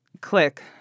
click